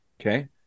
okay